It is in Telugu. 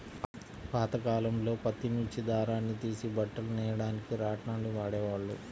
పాతకాలంలో పత్తి నుంచి దారాన్ని తీసి బట్టలు నెయ్యడానికి రాట్నాన్ని వాడేవాళ్ళు